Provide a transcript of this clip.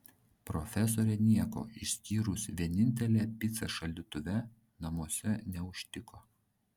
profesorė nieko išskyrus vienintelę picą šaldytuve namuose neužtiko